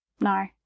No